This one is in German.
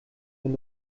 wenn